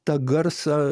tą garsą